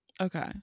okay